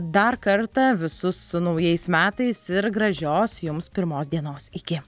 dar kartą visus su naujais metais ir gražios jums pirmos dienos iki